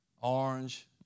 orange